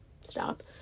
stop